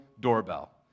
Doorbell